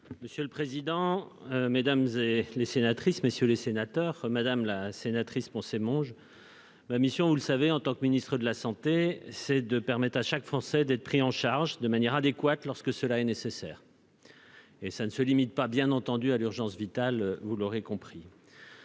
Monsieur le président, mesdames, messieurs les sénateurs, madame la sénatrice Poncet Monge, ma mission, en tant que ministre de la santé, c'est de permettre à chaque Français d'être pris en charge de manière adéquate lorsque cela est nécessaire. Cette mission ne se limite pas, bien entendu, à l'urgence vitale, vous l'aurez compris.